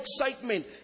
excitement